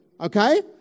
okay